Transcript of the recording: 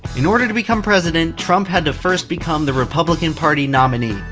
in order to become president, trump had to first become the republican party nominee.